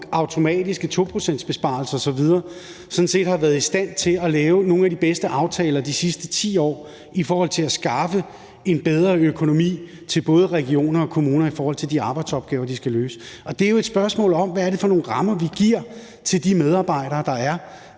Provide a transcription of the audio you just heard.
automatiske 2-procentsbesparelser osv., har været i stand til at lave nogle af de bedste aftaler de sidste 10 år i forhold til at skaffe en bedre økonomi til både regioner og kommuner i forhold til de arbejdsopgaver, de skal løse. Og det er jo et spørgsmål om, hvad det er for nogle rammer, vi giver til de medarbejdere, der er,